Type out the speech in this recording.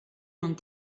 non